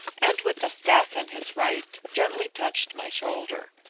and with the staff in his right, gently touched my shoulder.